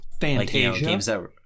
Fantasia